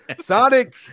Sonic